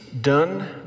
done